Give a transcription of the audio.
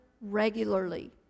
regularly